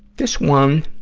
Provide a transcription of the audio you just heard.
this one,